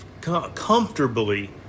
comfortably